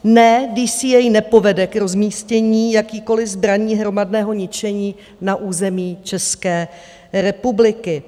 Ne, DCA nepovede k rozmístění jakýkoli zbraní hromadného ničení na území České republiky.